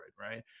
right